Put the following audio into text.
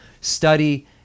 Study